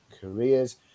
careers